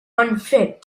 unfit